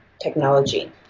technology